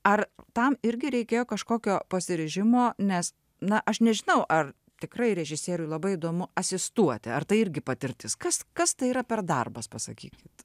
ar tam irgi reikėjo kažkokio pasiryžimo nes na aš nežinau ar tikrai režisieriui labai įdomu asistuoti ar tai irgi patirtis kas kas tai yra per darbas pasakykit